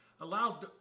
allowed